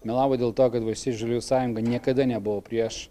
melavo dėl to kad valstiečių ir žaliųjų sąjunga niekada nebuvo prieš